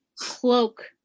Cloak